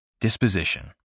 Disposition